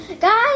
Guys